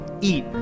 eat